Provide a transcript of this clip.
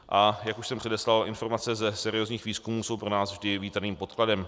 A jak už jsem předeslal, informace ze seriózních výzkumů jsou pro nás vždy vítaným podkladem.